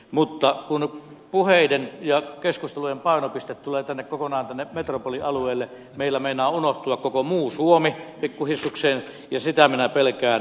mutta kun puheiden ja keskustelujen painopiste tulee kokonaan tänne metropolialueelle meiltä meinaa unohtua koko muu suomi pikkuhissukseen ja sitä minä pelkään